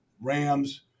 Rams